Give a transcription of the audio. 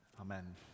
Amen